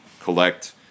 collect